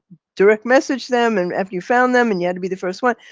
direct message them and after you found them and you had to be the first one.